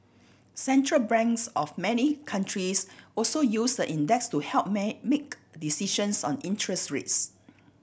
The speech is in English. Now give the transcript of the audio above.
central branks of many countries also use the index to help may make decisions on interest rates